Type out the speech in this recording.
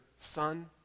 Son